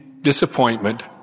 disappointment